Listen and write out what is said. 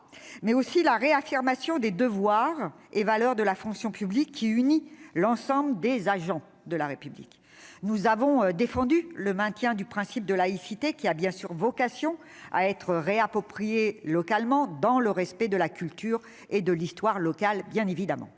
mais réaffirme aussi les devoirs et les valeurs de la fonction publique, qui unit l'ensemble des agents de la République : nous avons défendu le maintien du principe de laïcité, qui a bien sûr vocation à être réapproprié localement, dans le respect de la culture et de l'histoire locales. Nous voterons